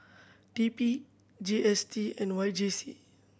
T P G S T and Y J C